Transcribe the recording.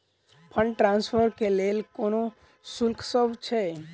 Fund transfer केँ लेल कोनो शुल्कसभ छै?